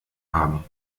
haben